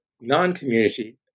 non-community